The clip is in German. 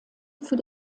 für